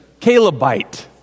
Calebite